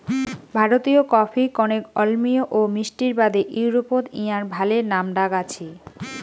ভারতীয় কফি কণেক অম্লীয় ও মিষ্টির বাদে ইউরোপত ইঞার ভালে নামডাক আছি